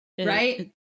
Right